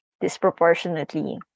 disproportionately